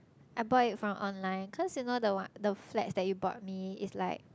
I bought it from online cause you know the one the flats that you bought me it's like